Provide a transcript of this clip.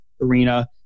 arena